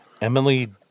Emily